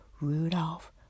Rudolph